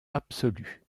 absolue